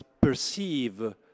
perceive